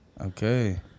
Okay